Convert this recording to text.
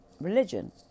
religion